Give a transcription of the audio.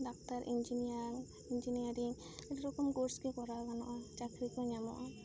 ᱵᱟᱠᱛᱟᱨ engineer ᱤᱱᱡᱤᱱᱤᱭᱟᱨᱤᱧ ᱟ ᱰᱤ ᱨᱚᱠᱚᱢ ᱠᱳᱨᱥ ᱜᱮ ᱠᱚᱨᱟᱣ ᱜᱟᱱᱚᱜᱼᱟ ᱪᱟᱹᱠᱨᱤ ᱠᱚ ᱧᱟᱢᱚᱜᱼᱟ